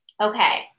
Okay